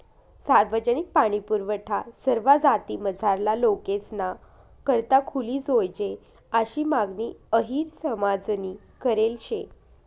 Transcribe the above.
सार्वजनिक पाणीपुरवठा सरवा जातीमझारला लोकेसना करता खुली जोयजे आशी मागणी अहिर समाजनी करेल शे